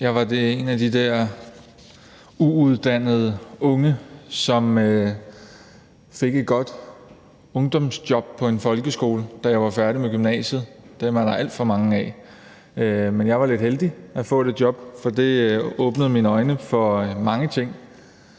Jeg var en af de der uuddannede unge, som fik et godt ungdomsjob på en folkeskole, da jeg var færdig med gymnasiet – dem er der alt for mange af. Men jeg var lidt heldig at få det job, for det åbnede mine øjne for mange ting.